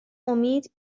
امید